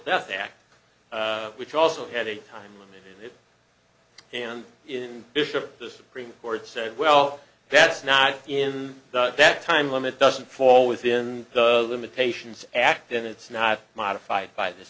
death act which also had a time limit and in bishop the supreme court said well that's not in that time limit doesn't fall within the limitations act and it's not modified by this